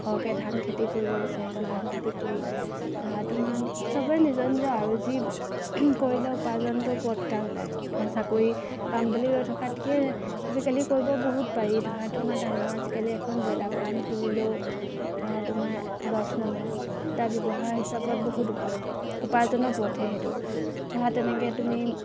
সৰহকৈ ধান খেতি কৰিব বিচাৰিছোঁ ধান খেতি কৰি ধৰা তোমাৰ চবৰে নিজৰ নিজৰ আৰু যি কৰিলে উপাৰ্জনটো পথ এটা ওলায় ধৰা চাকৰি পাম বুলি ৰৈ থকাতকৈ আজিকালি কৰিব বহুত পাৰি ধৰা তোমাৰ ডাঙৰ আজিকালি এখন ব্ৰইলাৰ ফাৰ্ম খুলিলেও ধৰা তোমাৰ লছ নহয় এটা ব্যৱহাৰ হিচাপত বহুত উপাৰ্জনৰ পথহে সেইটো ধৰা তেনেকৈ তুমি